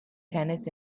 tennis